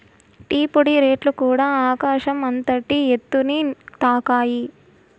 tea పొడి రేట్లుకూడ ఆకాశం అంతటి ఎత్తుని తాకాయి